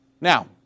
Now